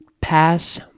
pass